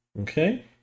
Okay